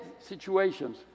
situations